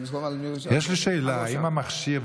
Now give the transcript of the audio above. יש לי שאלה: האם המכשיר,